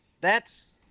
thats